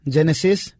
Genesis